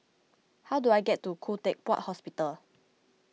how do I get to Khoo Teck Puat Hospital